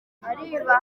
ariyubaha